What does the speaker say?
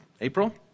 April